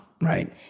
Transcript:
Right